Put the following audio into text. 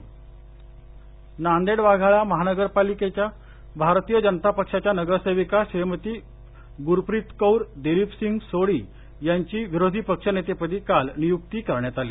विरोधीपक्षनेते नांदेड वाघाळा शहर महानगर पालिकेतील भारतीय जनता पक्षाच्या नगरसेवीका श्रीमती गुरप्रितकौर दिलीपसिंघ सोडी यांची विरोधी पक्ष नेतेपदी काल नियुक्ती करण्यात आली